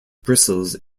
bristles